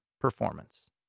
performance